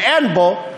ואין בו,